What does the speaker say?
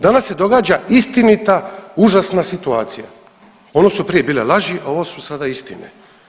Danas se događa istinita užasna situacija, ono su prije bile laži, ovo su sada istine.